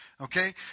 Okay